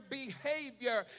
behavior